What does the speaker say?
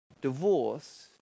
Divorce